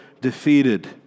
defeated